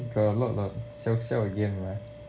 why you got a lot of siao siao game ah